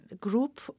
group